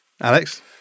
Alex